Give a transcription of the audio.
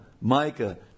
Micah